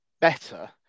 better